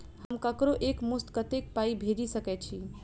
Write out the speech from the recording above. हम ककरो एक मुस्त कत्तेक पाई भेजि सकय छी?